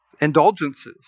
indulgences